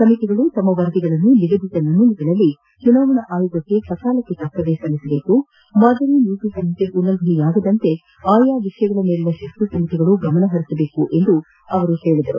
ಸಮಿತಿಗಳು ತಮ್ಮ ವರದಿಗಳನ್ನು ನಿಗದಿತ ನಮೂನೆಗಳಲ್ಲಿ ಚುನಾವಣಾ ಆಯೋಗಕ್ಕೆ ಸಕಾಲಕ್ಕೆ ತಪ್ಪದೇ ಸಲ್ಲಿಸಬೇಕು ಮಾದರಿ ನೀತಿ ಸಂಹಿತೆ ಉಲ್ಲಂಘನೆಯಾಗದಂತೆ ಆಯಾ ವಿಷಯಗಳ ಮೇಲಿನ ಶಿಸ್ತು ಸಮಿತಿಗಳು ಗಮನ ಪರಿಸಬೇಕು ಎಂದು ಅವರು ತಿಳಿಸಿದರು